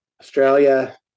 Australia